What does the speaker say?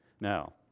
Now